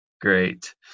Great